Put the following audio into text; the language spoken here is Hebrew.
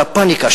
של הפניקה,